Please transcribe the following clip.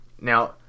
Now